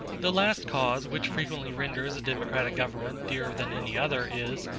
the last cause which frequently renders a democratic government dearer than any other is,